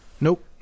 Nope